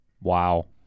Wow